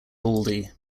baldy